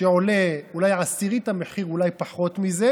שעולה אולי עשירית מהמחיר ואולי פחות מזה,